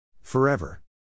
Forever